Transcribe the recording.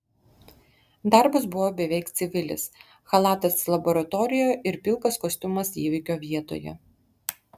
darbas buvo beveik civilis chalatas laboratorijoje ir pilkas kostiumas įvykio vietoje